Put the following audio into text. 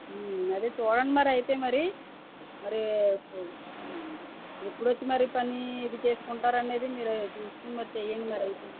అదే చూడండి మరైతే మరి మరి ఎప్పుడు వచ్చి మరి పని ఇది చేస్కుంటారు అనేది మీరు చూసుకుని మరి చెయ్యండి మరైతే